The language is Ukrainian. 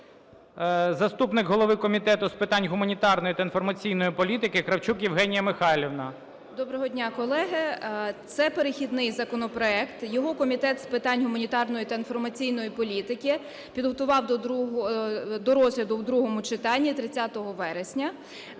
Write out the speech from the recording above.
Заступник голови Комітету з питань гуманітарної та інформаційної політики Кравчук Євгенія Михайлівна. 16:26:57 КРАВЧУК Є.М. Доброго дня, колеги! Це перехідний законопроект. Його Комітет з питань гуманітарної та інформаційної політики підготував до розгляду у другому читанні 30 вересня.